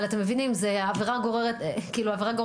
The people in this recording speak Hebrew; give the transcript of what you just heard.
אבל אתם מבינים זה עבירה גוררת עבירה.